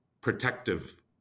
protective